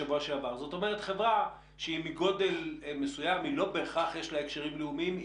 חברה שהיא בגודל מסוים שלא בהכרח יש לה קשרים בין-לאומיים.